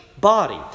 body